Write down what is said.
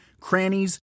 crannies